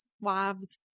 wives